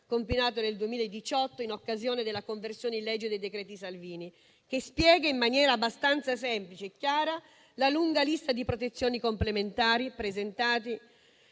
compilato nel 2018 in occasione della conversione in legge dei decreti Salvini, che spiega in maniera abbastanza semplice e chiara la lunga lista di protezioni complementari presenti